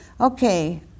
Okay